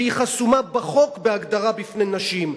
שהיא חסומה בחוק, בהגדרה, בפני נשים.